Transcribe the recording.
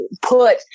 put